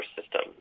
system